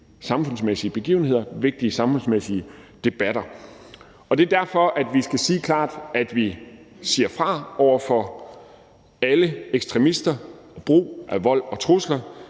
samfundsmæssige begivenheder og vigtige samfundsmæssige debatter. Det er derfor, at vi skal sige klart, at vi siger fra over for alle ekstremister og brug af vold og trusler.